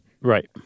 Right